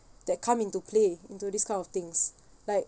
that come into play into this kind of things like